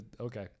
Okay